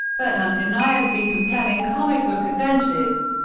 but undeniably compelling comic book adventures.